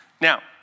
Now